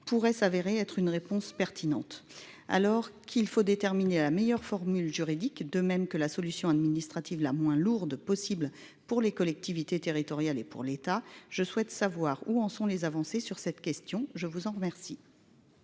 pourrait s'avérer être une réponse pertinente alors qu'il faut déterminer la meilleure formule juridique, de même que la solution administrative la moins lourde possible pour les collectivités territoriales et pour l'État. Je souhaite savoir où en sont les avancer sur cette question, je vous en remercie.